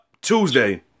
Tuesday